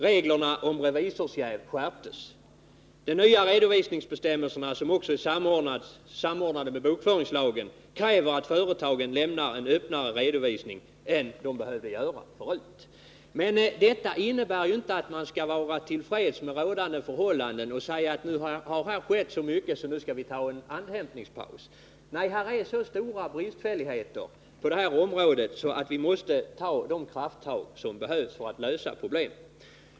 Reglerna om revisorsjäv skärptes, De nya redovisningsbestämmelserna, som också är samordnade med bokföringslagen, kräver att företagen lämnar en öppnare redovisning än de behövde göra förut. Men detta innebär ju inte att man skall vara till freds med rådande förhållanden och säga att nu har här skett så mycket att vi bör ta en andhämtningspaus. Nej, det finns så stora bristfälligheter på det här området att vi måste ta krafttag för att lösa problemen.